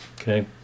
Okay